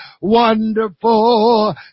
wonderful